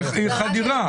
חדירה.